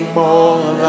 more